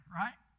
right